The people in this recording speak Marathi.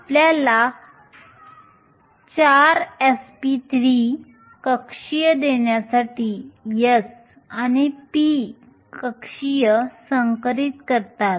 आपल्याला 4 sp3 कक्षीय देण्यासाठी s आणि p कक्षीय संकरित हायब्रिडिझ करतात